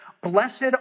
Blessed